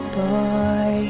boy